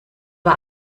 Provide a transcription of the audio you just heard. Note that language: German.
war